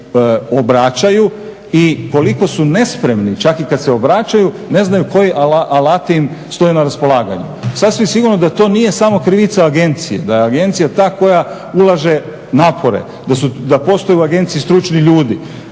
građani obraćaju i koliko su nespremni čak i ako se obraćaju ne znaju koji alat im stoji na raspolaganju. Sasvim sigurno da to nije samo krivica agencije, da je agencija ta koja ulaže napore, da postoje u agenciji stručni ljudi,